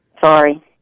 Sorry